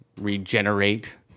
regenerate